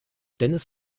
dennis